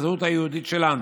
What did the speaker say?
לזהות היהודית שלנו,